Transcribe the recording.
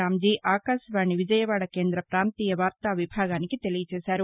రాంజీ ఆకాశవాణి విజయవాడ కేంద్ర పాంతీయ వార్తా విభాగానికి తెలియచేశారు